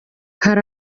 hari